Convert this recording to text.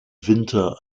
winter